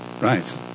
Right